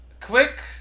quick